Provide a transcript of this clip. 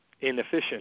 inefficient